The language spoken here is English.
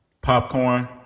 Popcorn